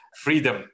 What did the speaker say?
freedom